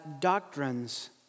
doctrines